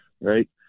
right